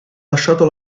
lasciato